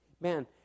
Man